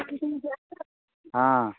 हँ